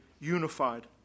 unified